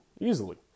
easily